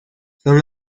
son